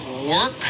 work